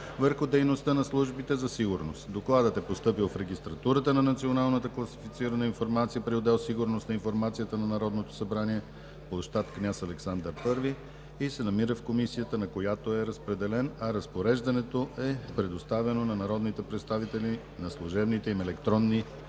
върху дейността на службите за сигурност. Докладът е постъпил в регистратурата на Националната класифицирана информация при отдел „Сигурност на информацията“ на Народното събрание, пл. „Княз Александър I“ и се намира в Комисията, на която е разпределен, а Разпореждането е предоставено на народните представители на служебните им електронни